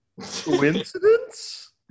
coincidence